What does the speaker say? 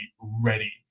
ready